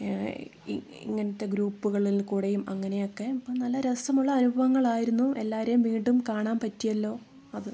ഇങ്ങനത്തെ ഗ്രൂപുകളിൽ കൂടെയും അങ്ങനെയൊക്കെ അപ്പോ നല്ല രസമുള്ള അനുഭവങ്ങൾ ആയിരുന്നു എല്ലാവരെയും വീണ്ടും കാണാൻ പറ്റിയല്ലോ അത്